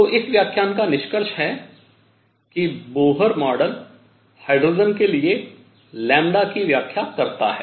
तो इस व्याख्यान का निष्कर्ष है कि बोहर मॉडल हाइड्रोजन के लिए लैम्ब्डा की व्याख्या करता है